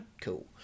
Cool